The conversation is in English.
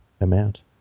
amount